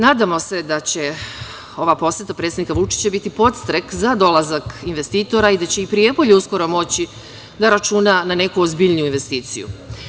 Nadamo se da će ova poseta predsednika Vučića biti podstrek za dolazak investitora i da će i Prijepolje uskoro moći da računa na neku ozbiljniju investiciju.